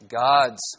God's